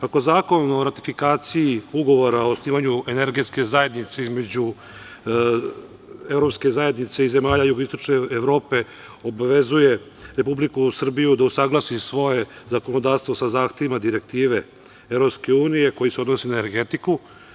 Ako Zakon o ratifikaciji Ugovora o osnivanju Energetske zajednice između evropske zajednice i zemalja jugoistočne Evrope obavezuje Republiku Srbiju da usaglasi svoje zakonodavstvo sa zahtevima Direktive EU koji se odnosi na energetiku.